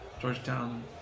Georgetown